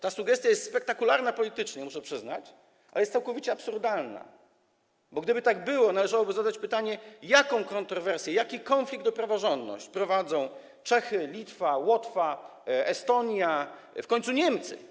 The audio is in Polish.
Ta sugestia jest spektakularna politycznie, muszę przyznać, ale całkowicie absurdalna, bo gdyby tak było, to należałoby zadać pytanie: Jaki konflikt o praworządność prowadzą Czechy, Litwa, Łotwa, Estonia i w końcu Niemcy?